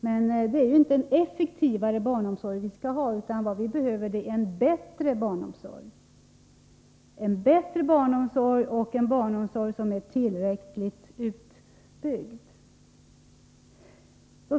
Men det är inte en effektivare barnomsorg vi behöver, utan en bättre barnomsorg och en barnomsorg som är tillräckligt utbyggd.